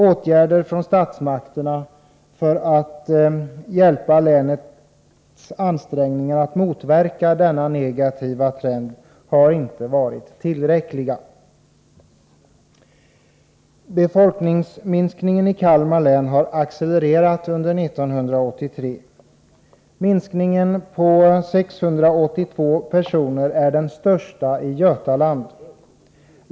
Statsmakternas åtgärder för att hjälpa länet i dess ansträngningar att motverka denna negativa trend har inte varit tillräckliga. Befolkningsminskningen i Kalmar län har accelererat under 1983. Minskningen med 682 personer är den största i Götaland.